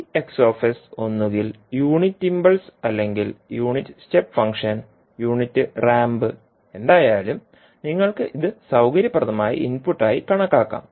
ഈ ഒന്നുകിൽ unit impulse അല്ലെങ്കിൽ unit step function unit ramp എന്തായാലും നിങ്ങൾക്ക് ഇത് സൌകര്യപ്രദമായ ഇൻപുട്ട് ആയി കണക്കാക്കാം